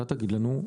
אתה תגיד לנו.